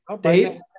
Dave